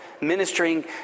ministering